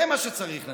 זה מה שצריך לנקות,